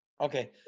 Okay